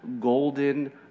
golden